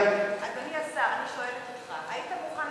אדוני השר, אני שואלת אותך: